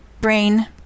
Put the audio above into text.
brain